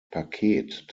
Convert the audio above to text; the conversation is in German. paket